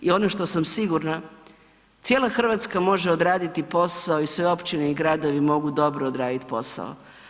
I ono što sam sigurna, cijela Hrvatska može odraditi posao i sve općine i gradovi mogu dobro odraditi posao.